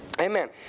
Amen